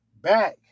back